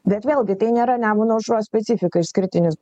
bet vėlgi tai nėra nemuno aušros specifika išskirtinis